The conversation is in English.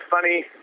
funny